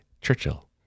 Churchill